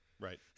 Right